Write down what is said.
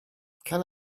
can